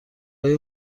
های